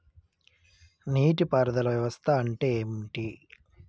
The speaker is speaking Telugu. నీటి పారుదల వ్యవస్థ అంటే ఏంటి?